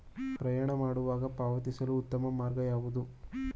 ಪ್ರಯಾಣ ಮಾಡುವಾಗ ಪಾವತಿಸಲು ಉತ್ತಮ ಮಾರ್ಗ ಯಾವುದು?